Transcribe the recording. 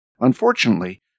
Unfortunately